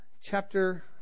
chapter